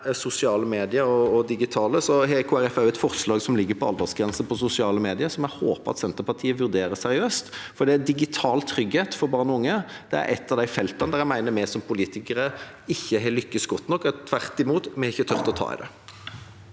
sosiale medier og det digitale, har Kristelig Folkeparti et forslag som gjelder aldersgrenser på sosiale medier, som jeg håper at Senterpartiet vurderer seriøst. Digital trygghet for barn og unge er et av de feltene der jeg mener vi som politikere ikke har lykkes godt nok. Tvert imot, vi har ikke turt å ta i det.